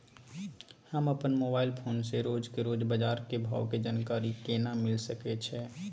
हम अपन mobile phone से रोज के रोज बाजार के भाव के जानकारी केना मिल सके छै?